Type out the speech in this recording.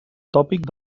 tòpic